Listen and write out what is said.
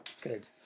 Good